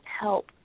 help